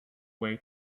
way